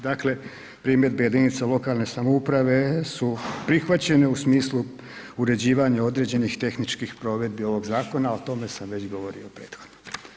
Dakle, primjedbe jedinica lokalne samouprave su prihvaćene u smislu uređivanja određenih tehničkih provedbi ovog zakona, a o tome sam već govorio prethodno.